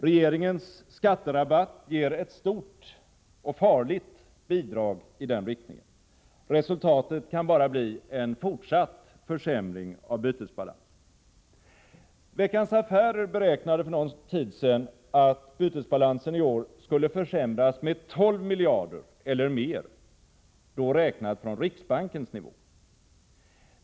Regeringens skatterabatt ger ett stort och farligt bidrag i den riktningen. Resultatet kan bara bli en fortsatt försämring av bytesbalansen. Veckans Affärer beräknade för någon tid sedan att bytesbalansen i år skulle försämras med 12 miljarder kronor eller mer — räknat från riksbankens nivå.